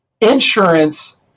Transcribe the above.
insurance